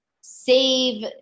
save